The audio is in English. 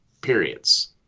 periods